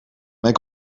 mijn